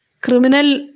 criminal